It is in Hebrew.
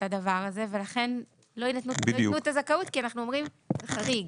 הדבר הזה ולכן לא תינתן הזכאות כי אנחנו אומרים שזה חריג,